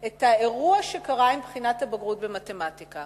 את האירוע של בחינת הבגרות במתמטיקה